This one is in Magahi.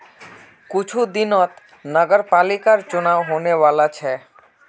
कुछू दिनत नगरपालिकर चुनाव होने वाला छ